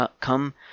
come